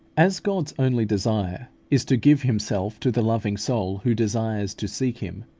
as god's only desire is to give himself to the loving soul who desires to seek him,